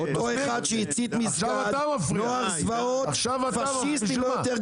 נוער זוועות --- עכשיו אתה מפריע.